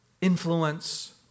influence